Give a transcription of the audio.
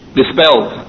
dispelled